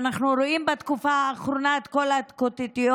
כשאנחנו רואים בתקופה האחרונה את כל ההתקוטטויות,